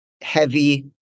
heavy